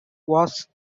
was